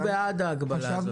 אנחנו בעד ההגבלה הזאת.